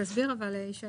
תסבירו מ-1)